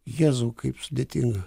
jėzau kaip sudėtinga